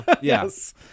yes